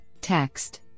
text